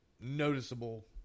noticeable